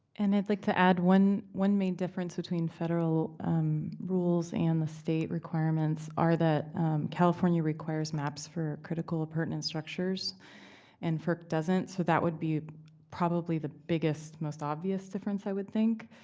and i'd like to add one one main difference between federal rules and the state requirements are that california requires maps for critical appurtenant structures and ferc doesn't. so that would be probably the biggest, most obvious difference, i would think.